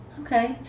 okay